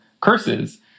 curses